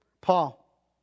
Paul